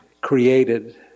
created